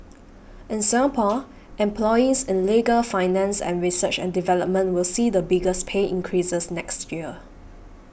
in Singapore employees in legal finance and research and development will see the biggest pay increases next year